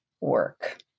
work